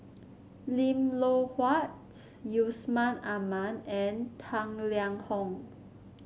Lim Loh Huat Yusman Aman and Tang Liang Hong